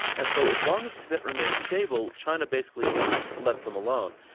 and so as long as tibet remained stable, china basically left them alone.